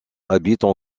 habitent